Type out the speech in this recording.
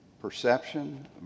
Perception